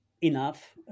enough